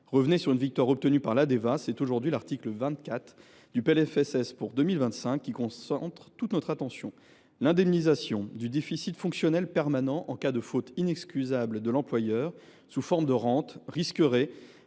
revenait sur une victoire obtenue par l’Andeva, c’est désormais l’article 24 du PLFSS 2025 qui concentre toute notre attention. L’indemnisation du déficit fonctionnel permanent en cas de faute inexcusable de l’employeur sous forme de rente risquerait,